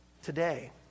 Today